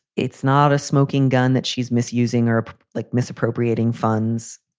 it's not a smoking gun that she's misusing or like misappropriating funds.